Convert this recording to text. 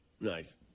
Nice